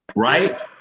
right.